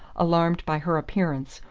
alarmed by her appearance,